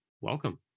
Welcome